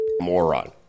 moron